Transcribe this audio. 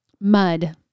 Mud